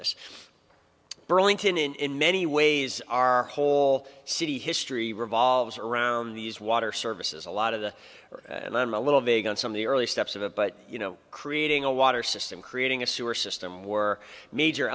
this burlington in many ways our whole city history revolves around these water services a lot of the and i'm a little vague on some of the early steps of it but you know creating a water system creating a sewer system were major